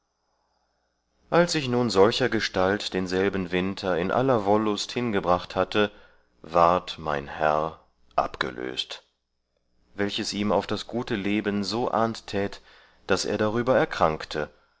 als ich nun solchergestalt denselben winter in aller wollust hingebracht hatte ward mein herr abgelöst welches ihm auf das gute leben so and tät daß er darüber erkrankte